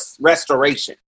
restoration